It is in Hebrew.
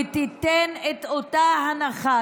ותיתן את אותה הנחה,